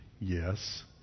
Yes